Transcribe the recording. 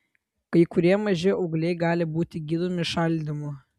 kai kurie maži augliai gali būti gydomi šaldymu